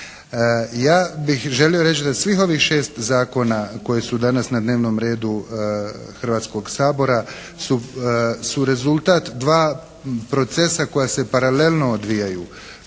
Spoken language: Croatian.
Ja bih želio reći da svih ovih šest zakona koji su danas na dnevnom redu Hrvatskog sabora su rezultat dva procesa koja se paralelno odvijaju.